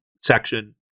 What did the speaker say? section